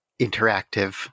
interactive